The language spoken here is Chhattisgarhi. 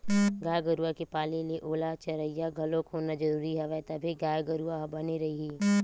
गाय गरुवा के पाले ले ओला चरइया घलोक होना जरुरी हवय तभे गाय गरु ह बने रइही